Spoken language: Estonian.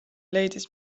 leidis